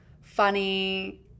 funny